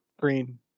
green